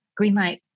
Greenlight